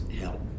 help